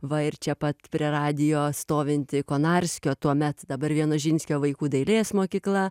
va ir čia pat prie radijo stovinti konarskio tuomet dabar vienožinskio vaikų dailės mokykla